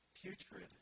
putrid